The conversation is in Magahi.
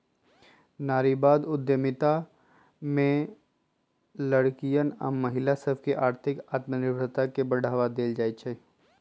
नारीवाद उद्यमिता में लइरकि आऽ महिला सभके आर्थिक आत्मनिर्भरता के बढ़वा देल जाइ छइ